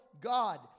God